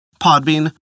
Podbean